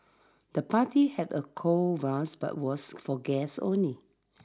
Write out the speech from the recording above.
the party had a cool but was for guests only